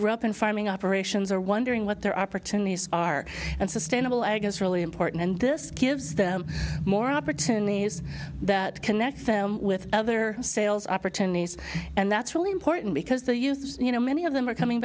grew up in farming operations are wondering what their opportunities are and sustainable agast really important and this gives them more opportunities that connect them with other sales opportunities and that's really important because they used you know many of them are coming